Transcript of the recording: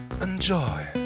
Enjoy